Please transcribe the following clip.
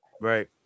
Right